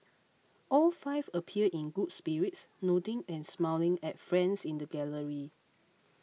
all five appeared in good spirits nodding and smiling at friends in the gallery